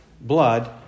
blood